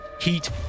Heat